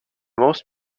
most